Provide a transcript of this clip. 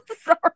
Sorry